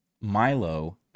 Milo